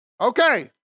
Okay